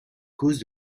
causes